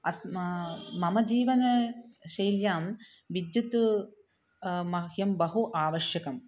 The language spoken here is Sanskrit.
अस्मा मम जीवनशैल्यां विद्युत् मह्यं बहु आवश्यकम्